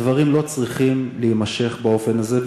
הדברים לא צריכים להימשך באופן הזה,